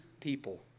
people